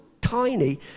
tiny